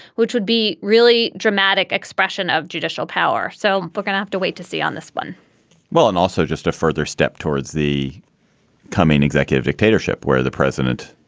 which would be really dramatic expression of judicial power. so we're going to have to wait to see on this one well, and also just a further step towards the coming executive dictatorship, where the president,